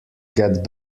get